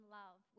love